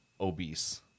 obese